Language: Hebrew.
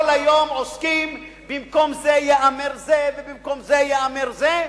כל היום עוסקים: במקום זה ייאמר זה ובמקום זה ייאמר זה.